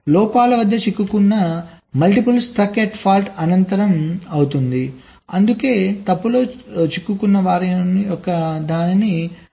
లోపాల వద్ద చిక్కుకున్న మల్టిపుల్ స్టక్ ఎట్ ఫాల్ట్ అనంతం అవుతుంది అందుకే తప్పులో చిక్కుకున్న వాటిని విశ్లేషిస్తారు